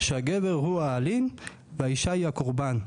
שהגבר הוא האלים והאישה היא הקורבן.